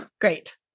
Great